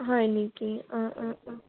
হয় নেকি